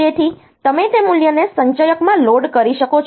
તેથી તમે તે મૂલ્યને સંચયક માં લોડ કરી શકો છો